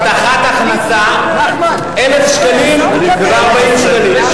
הבטחת הכנסה, 1,040 שקלים.